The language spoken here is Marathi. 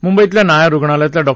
मुंबईतल्या नायर रुग्णालयातल्या डॉ